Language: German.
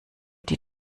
die